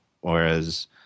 Whereas